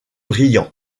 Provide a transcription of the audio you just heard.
briand